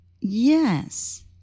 Yes